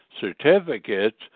certificates